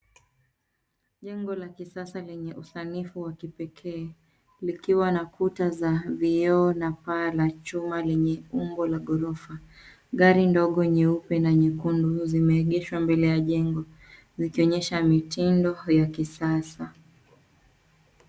Jengo la kisasa lenye usanifu wa kipekee, likiwa na kuta za vioo na paa la chuma lenye umbo la ghorofa. Gari ndogo nyeupe na nyekundu zimeegeshwa mbele ya jengo zikionyesha mitindo ya kisasa.